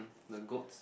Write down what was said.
the goats